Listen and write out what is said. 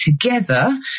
together